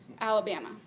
Alabama